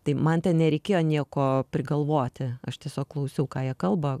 tai man ten nereikėjo nieko prigalvoti aš tiesiog klausiau ką jie kalba